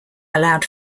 allowed